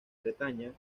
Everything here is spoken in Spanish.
bretaña